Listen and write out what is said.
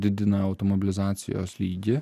didina automobilizacijos lygį